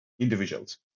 individuals